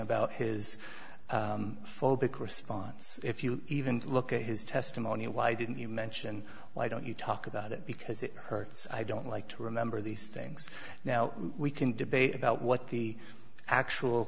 about his phobic response if you even look at his testimony why didn't you mention why don't you talk about it because it hurts i don't like to remember these things now we can debate about what the actual